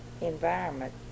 environment